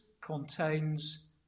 contains